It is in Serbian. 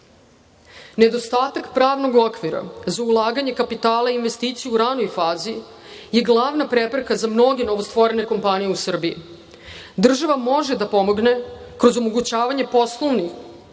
pravnog okvira za ulaganje kapitala i investicija u ranoj fazi je glavna prepreka za mnoge novostvorene kompanije u Srbiji. Država može da pomogne kroz omogućavanje poslovanja